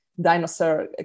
dinosaur